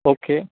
okay